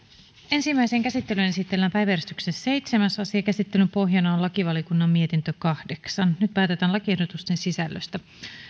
ensimmäiseen käsittelyyn esitellään päiväjärjestyksen seitsemäs asia käsittelyn pohjana on lakivaliokunnan mietintö kahdeksan nyt päätetään lakiehdotusten sisällöstä